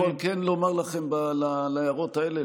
אני יכול כן לומר לכם על ההערות האלה,